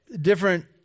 Different